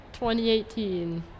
2018